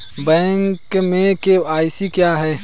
Bank में KYC क्या है?